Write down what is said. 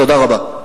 תודה רבה.